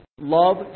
Love